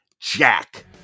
jack